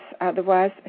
Otherwise